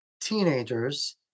teenagers